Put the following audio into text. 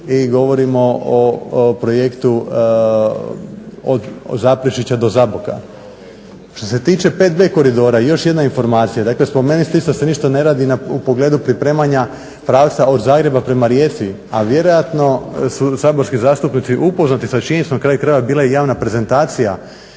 i govorimo o projektu od Zaprešića do Zaboka. Što se tiče 5 b koridora i još jedna informacija. Dakle spomenuli ste isto da se ništa ne radi u pogledu pripremanja pravca od Zagreba prema Rijeci a vjerojatno su saborski zastupnici upoznati sa činjenicom na kraju krajeva bila je javna prezentacija